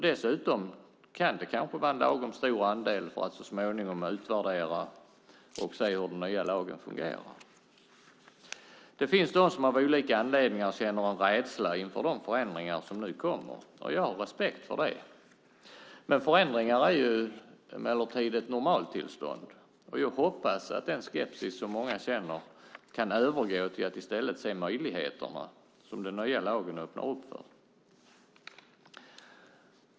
Dessutom kan det kanske vara en lagom stor andel för att man så småningom ska kunna göra en utvärdering för att se om den nya lagen fungerar. Det finns de som av olika anledningar känner en rädsla inför de förändringar som nu kommer, och jag har respekt för det. Men förändringar är emellertid ett normaltillstånd, och jag hoppas att många som känner en skepsis i stället ska se möjligheterna som den nya lagen kommer att innebära.